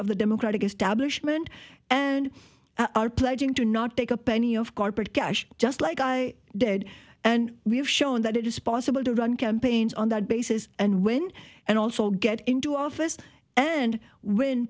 of the democratic establishment and are pledging to not take a penny of corporate cash just like i did and we have shown that it is possible to run campaigns on that basis and win and also get into office and w